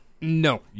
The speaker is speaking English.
No